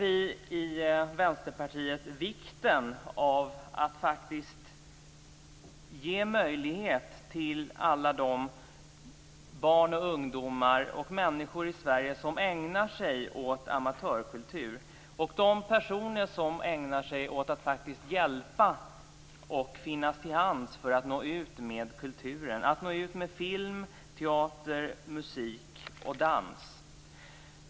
Vi i Vänsterpartiet ser vikten av att man ger möjligheter till alla barn, ungdomar och människor i Sverige som ägnar sig åt amatörkultur och de personer som ägnar sig åt att faktiskt hjälpa och finnas till hands för att nå ut med kulturen, att nå ut med film, teater, musik och dans.